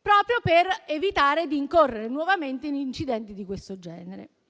proprio per evitare di incorrere nuovamente in incidenti di questo genere. Si utilizza